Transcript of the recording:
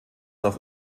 auf